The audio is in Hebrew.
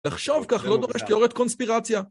לחשוב כך, לא דורש תיאורית קונספירציה.